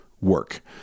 work